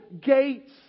gates